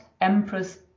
empress